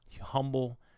Humble